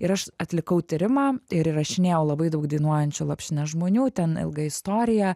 ir aš atlikau tyrimą ir įrašinėjau labai daug dainuojančių lopšines žmonių ten ilga istorija